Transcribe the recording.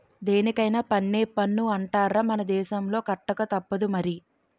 దేనికైన పన్నే పన్ను అంటార్రా మన దేశంలో కట్టకతప్పదు మరి